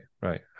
Right